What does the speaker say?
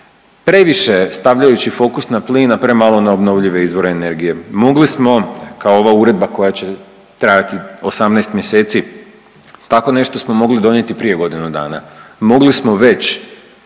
previše stavljajući fokus na plin, a premalo na obnovljive izvore energije. Mogli smo kao ova uredba koja će trajati 18 mjeseci, tako nešto smo mogli donijeti prije godinu dana. Mogli smo već